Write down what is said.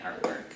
artwork